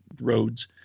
roads